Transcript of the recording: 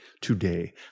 today